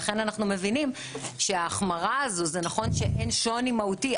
לכן אנחנו מבינים שבהחמרה הזאת נכון שאין שוני מהותי,